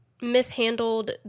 mishandled